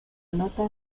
nota